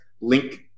link